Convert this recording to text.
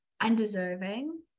undeserving